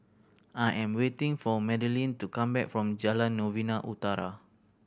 I am waiting for Madilynn to come back from Jalan Novena Utara